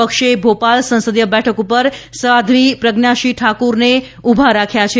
પક્ષે ભોપાલ સંસદિય બેઠક ઉપર સાધ્વી પ્રજ્ઞાસિંહ ઠાકરને ઉભા રાખ્યા છે